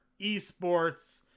esports